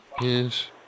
yes